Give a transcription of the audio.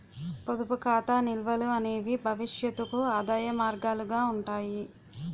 పొదుపు ఖాతా నిల్వలు అనేవి భవిష్యత్తుకు ఆదాయ మార్గాలుగా ఉంటాయి